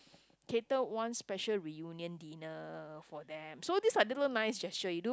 cater one special reunion dinner for them so these little nice special gesture you do